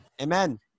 Amen